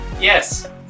Yes